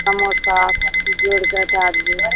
समोसा सभचीज जोड़िकऽ चारि जोड़